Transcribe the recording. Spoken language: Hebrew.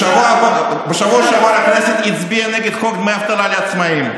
בשבוע שעבר הכנסת הצביעה נגד חוק דמי אבטלה לעצמאים.